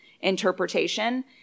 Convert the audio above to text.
interpretation